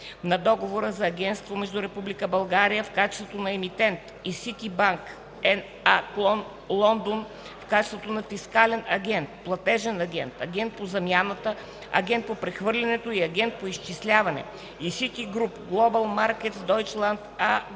на Договора за агентство между Република България в качеството на Емитент и Ситибанк Н.А., клон Лондон, в качеството на Фискален агент, Платежен агент, Агент по замяната, Агент по прехвърлянето и Агент за изчисляване и Ситигруп Глобъл Маркетс Дойчланд АГ в